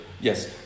Yes